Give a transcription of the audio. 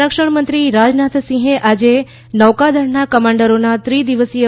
સંરક્ષણ મંત્રી રાજનાથસિંહ આજે નૌકાદળના કમાન્ડરોના ત્રિદિવસીય